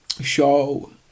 show